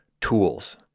tools